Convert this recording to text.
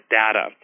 data